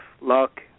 luck